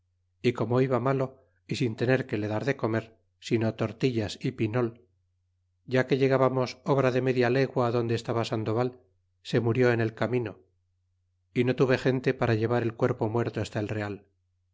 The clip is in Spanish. y como iba malo y sin tener que le dar de comer sino tortillas y pinol ya que llegábamos obra de media legua de donde estaba sandoval se murió en el camino y no tuve gente para llevar el cuerpo muerto hasta el real